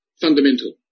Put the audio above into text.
fundamental